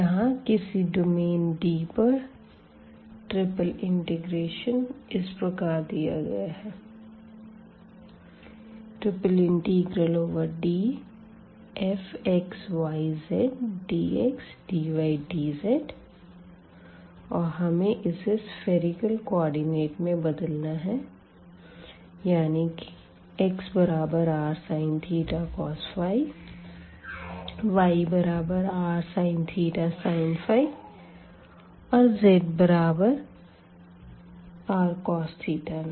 यहां किसी domain D पर ट्रिपल इंटेग्रेशन इस प्रकार दिया गया है Dfxyzdxdydz और हमें इसे सफ़ेरिकल कोऑर्डिनेट में बदलना है यानी कि xrsin cos yrsin sin और zrcos में